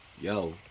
yo